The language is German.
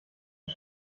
die